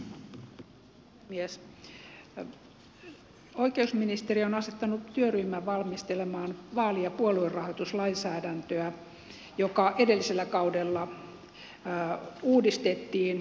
oikeusministeriö on asettanut työryhmän valmistelemaan vaali ja puoluerahoituslainsäädäntöä joka edellisellä kaudella uudistettiin